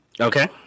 Okay